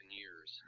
years